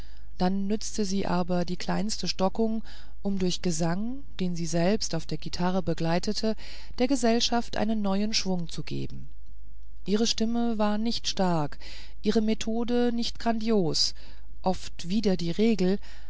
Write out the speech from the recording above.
dann nützte sie aber die kleinste stockung um durch gesang den sie selbst auf der guitarre begleitete der gesellschaft einen neuen schwung zu geben ihre stimme war nicht stark ihre methode nicht grandios oft wider die regel